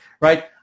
right